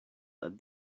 that